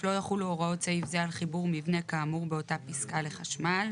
לא יחולו הוראות סעיף זה על חיבור מבנה כאמור באותה פסקה לחשמל,